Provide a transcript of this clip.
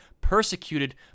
Persecuted